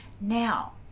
now